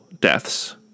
deaths